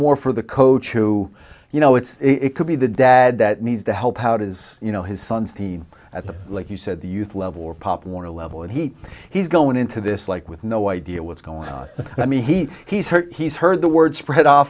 more for the coach who you know it's it could be the dad that needs to help out is you know his son's team at the like you said the youth level or pop warner level and he he's going into this like with no idea what's going on i mean he he's heard he's heard the word spread of